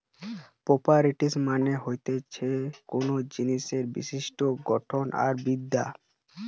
properties মানে হতিছে কোনো জিনিসের বিশিষ্ট গঠন আর বিদ্যা